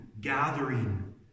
gathering